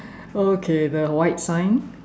okay the white sign